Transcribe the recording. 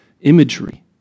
imagery